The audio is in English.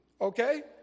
Okay